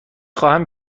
خواهم